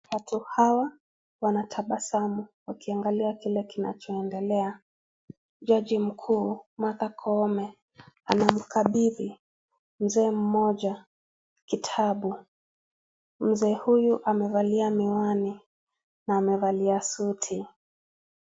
Watu hawa wanatabasamu wakiangalia kile kinachoendelea, jaji mkuu Martha Koome anamkabidhi mzee mmoja kitabu, mzee huyu amevalia miwani na amevalia suti.